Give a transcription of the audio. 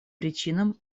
причинам